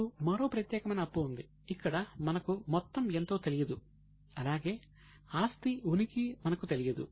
ఇప్పుడు మరో ప్రత్యేకమైన అప్పు ఉంది ఇక్కడ మనకు మొత్తం ఎంతో తెలియదు అలాగే ఆస్తి ఉనికి మనకు తెలియదు